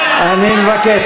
אני מבקש,